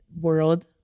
world